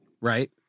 right